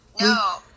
No